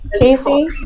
Casey